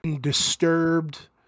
disturbed